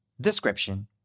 Description